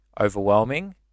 overwhelming